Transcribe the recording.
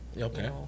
okay